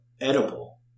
edible